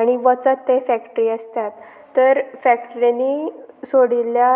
आनी वचत ते फॅक्ट्री आसतात तर फॅक्ट्रिनी सोडिल्ल्या